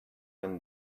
when